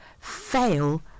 fail